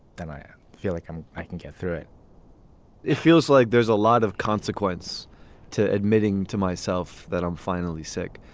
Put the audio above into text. then i feel like i can get through it it feels like there's a lot of consequence to admitting to myself that i'm finally sick.